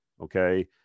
okay